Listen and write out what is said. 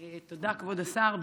תודה, כבוד השר.